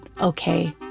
okay